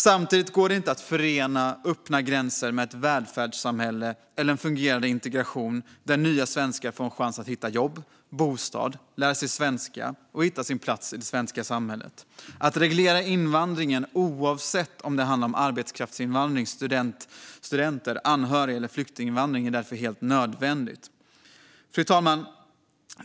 Samtidigt går det inte att förena öppna gränser med ett välfärdssamhälle eller en fungerande integration där nya svenskar får en chans att hitta jobb och bostad, att lära sig svenska och att hitta sin plats i det svenska samhället. Att reglera invandringen, oavsett om det handlar om arbetskrafts, student, anhörig eller flyktinginvandring är därför helt nödvändigt. Fru talman!